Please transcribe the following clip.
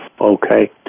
Okay